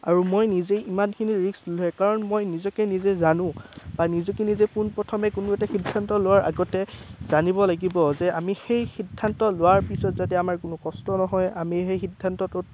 আৰু মই নিজেই ইমানখিনি ৰিস্ক কাৰণ মই নিজকে নিজে জানো বা নিজকে নিজে পোন প্ৰথমে কোনো এটা সিদ্ধান্ত লোৱাৰ আগতে জানিব লাগিব যে আমি সেই সিদ্ধান্ত লোৱাৰ পিছত যাতে আমাৰ কোনো কষ্ট নহয় আমি সেই সিদ্ধান্তটোত